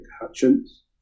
Hutchins